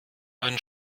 einen